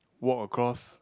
walk across